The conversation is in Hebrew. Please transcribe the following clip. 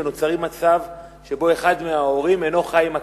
ונוצר מצב שבו אחד מההורים אינו חי עם הקטין.